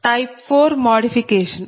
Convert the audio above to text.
type 4 modification